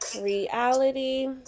reality